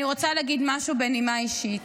אני רוצה להגיד משהו בנימה אישית.